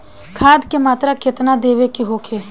खाध के मात्रा केतना देवे के होखे?